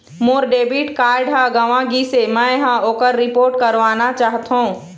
मोर debit card ह गंवा गिसे, मै ह ओकर रिपोर्ट करवाना चाहथों